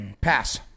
Pass